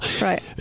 Right